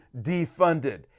defunded